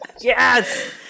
yes